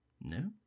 No